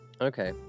Okay